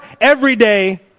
everyday